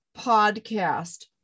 Podcast